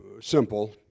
simple